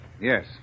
yes